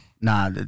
Nah